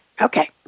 Okay